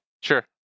Sure